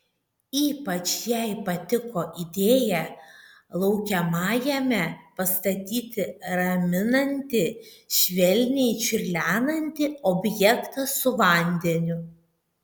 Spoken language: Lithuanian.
ypač jai patiko idėja laukiamajame pastatyti raminantį švelniai čiurlenantį objektą su vandeniu